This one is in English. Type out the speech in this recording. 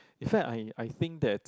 in fact I I think that